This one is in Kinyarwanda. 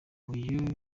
uyu